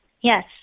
Yes